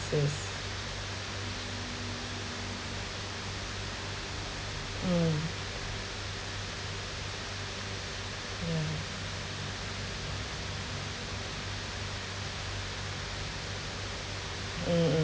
is mm mm mmhmm